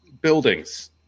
buildings